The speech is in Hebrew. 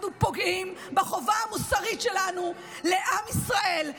אנחנו פוגעים בחובה המוסרית שלנו לעם ישראל,